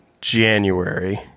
January